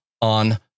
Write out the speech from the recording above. on